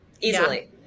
easily